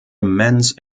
immense